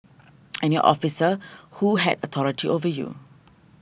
and your officer who had authority over you